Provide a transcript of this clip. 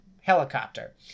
helicopter